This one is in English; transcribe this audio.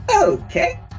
Okay